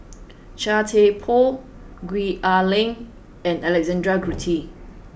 Chia Thye Poh Gwee Ah Leng and Alexander Guthrie